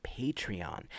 Patreon